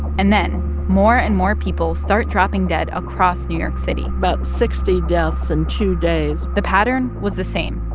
and then more and more people start dropping dead across new york city about sixty deaths in and two days the pattern was the same.